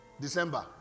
December